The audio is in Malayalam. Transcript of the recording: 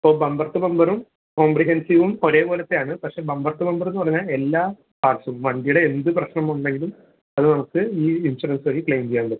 ഇപ്പോൾ ബമ്പർ ടു ബമ്പറും കോമ്പ്രിഹെൻസീവും ഒരേപോലെത്തെയാണ് പക്ഷേ ബമ്പർ ടു ബമ്പർന്ന് പറഞ്ഞാൽ എല്ലാ പാർട്സും വണ്ടീടെ എന്തു പ്രെശ്നം ഉണ്ടെങ്കിലും അത് നമുക്ക് ഈ ഇൻഷൊറൻസ്സ് വഴി ക്ലെയിം ചെയ്യാമ്പറ്റും